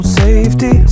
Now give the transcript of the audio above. safety